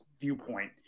viewpoint